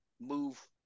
move